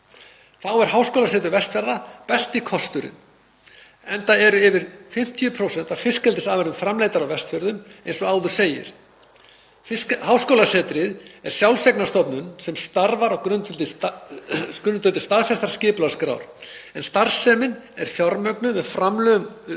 Þá er Háskólasetur Vestfjarða besti kosturinn, enda eru yfir 50% af fiskeldisafurðum framleiddar á Vestfjörðum eins og áður segir. Háskólasetrið er sjálfseignarstofnun sem starfar á grundvelli staðfestrar skipulagsskrár, en starfsemin er fjármögnuð með framlögum